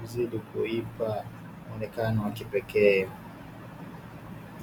kuzidi kuipa muonekano wa kipekee.